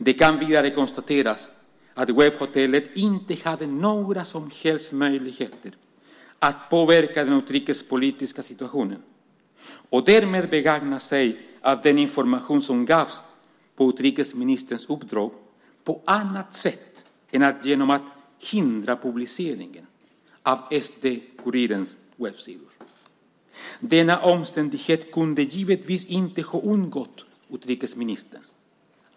Det kan vidare konstateras att webbhotellet inte hade några som helst möjligheter att påverka den utrikespolitiska situationen och därmed begagna sig av den information som gavs på utrikesministerns uppdrag på annat sätt än genom att hindra publiceringen av SD-Kurirens webbsidor. Denna omständighet kunde givetvis inte ha undgått utrikesministern.